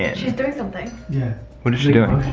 and she's doing something. ye what is she doing?